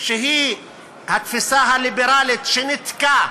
שהיא התפיסה הליברלית, שניתקה